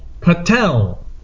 Patel